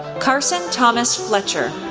carson thomas fletcher,